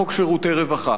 חוק שירותי רווחה.